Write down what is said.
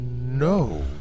No